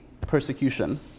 persecution